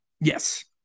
Yes